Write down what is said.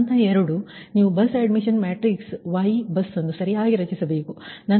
ಹಂತ 2 ನೀವು bus admission matrix Y ಬಸ್ಅನ್ನು ಸರಿಯಾಗಿ ರಚಿಸಬೇಕು